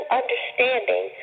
understanding